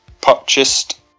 purchased